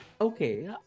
Okay